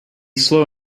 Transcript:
slow